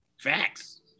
Facts